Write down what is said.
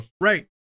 right